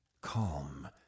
calm